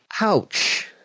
Ouch